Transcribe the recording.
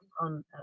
on